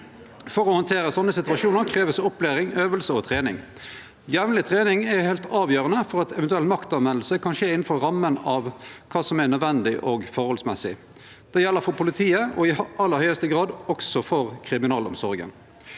Å handtere slike situasjonar krev opplæring, øving og trening. Jamleg trening er heilt avgjerande for at eventuell maktbruk kan skje innanfor ramma av kva som er nødvendig og forholdsmessig. Det gjeld for politiet og i aller høgste grad også for kriminalomsorga.